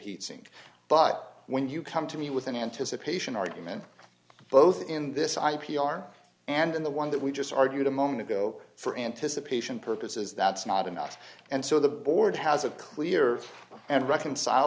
sink but when you come to me with an anticipation argument both in this i p r and in the one that we just argued a moment ago for anticipation purposes that's not enough and so the board has a clear and reconcil